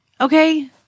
Okay